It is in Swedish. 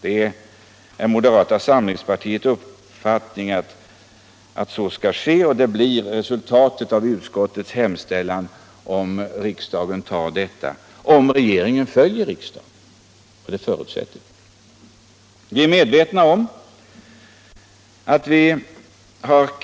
Det är moderata samlingspartiets uppfattning att så skall ske, och det kommer också att bli fallet om riksdagen följer utskottets linje och om regeringen följer riksdagens beslut — det är ett villkor.